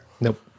Nope